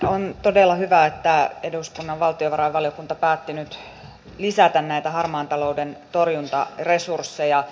on todella hyvä että eduskunnan valtiovarainvaliokunta päätti nyt lisätä näitä harmaan talouden torjuntaresursseja